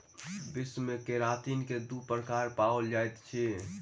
विश्व मे केरातिन के दू प्रकार पाओल जाइत अछि